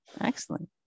excellent